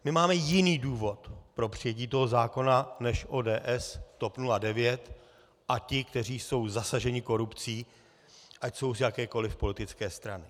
My máme jiný důvod pro přijetí toho zákona než ODS, TOP 09 a ti, kteří jsou zasaženi korupcí, ať jsou z jakékoliv politické strany.